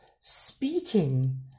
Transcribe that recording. speaking